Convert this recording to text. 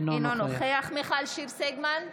אינו נוכח מיכל שיר סגמן,